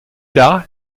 tard